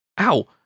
Ow